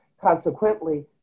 consequently